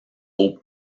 eaux